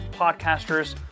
podcasters